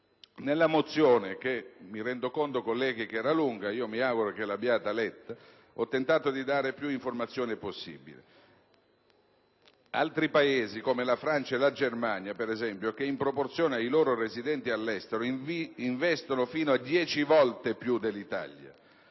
Nella mozione, che - me ne rendo conto, colleghi - è lunga e che mi auguro abbiate comunque letto, ho tentato di dare più informazioni possibili. Altri Paesi, come la Francia e la Germania, per esempio, in proporzione ai loro residenti all'estero, investono fino a dieci volte più dell'Italia.